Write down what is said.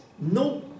No